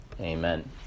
Amen